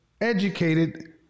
educated